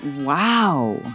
wow